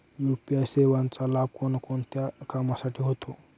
UPI सेवेचा लाभ कोणकोणत्या कामासाठी होतो?